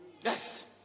Yes